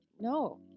no